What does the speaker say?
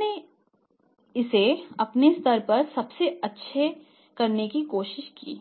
हमने इसे अपने स्तर पर सबसे अच्छा करने की कोशिश की